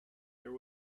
there